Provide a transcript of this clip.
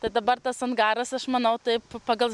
tad dabar tas angaras aš manau taip pagal